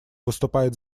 выступает